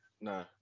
Nah